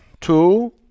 Two